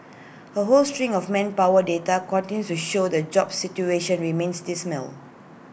A whole string of manpower data continues to show the jobs situation remains dismal